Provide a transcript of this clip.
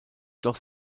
doch